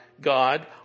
God